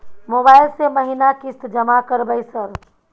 Mobile से महीना किस्त जमा करबै सर?